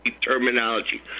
terminology